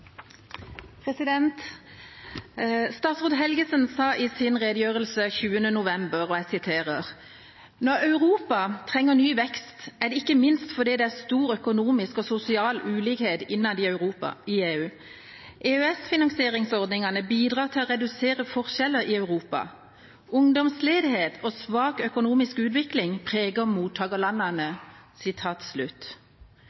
EØS-avtalen. Statsråd Helgesen sa i sin redegjørelse 20. november: «Når Europa trenger ny vekst, er det ikke minst fordi det er stor økonomisk og sosial ulikhet innad i EU. EØS-finansieringsordningene bidrar til å redusere forskjeller i Europa. Ungdomsledighet og svak økonomisk utvikling preger mange av